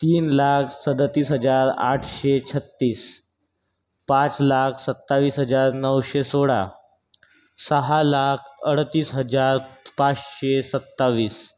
तीन लाख सदतीस हजार आठशे छत्तीस पाच लाख सत्तावीस हजार नऊशे सोळा सहा लाख अडतीस हजार पाचशे सत्तावीस